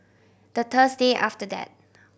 the Thursday after that